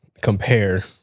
compare